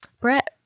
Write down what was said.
Brett